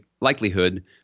likelihood